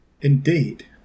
indeed